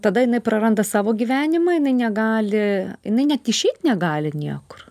tada jinai praranda savo gyvenimą jinai negali jinai net išeit negali niekur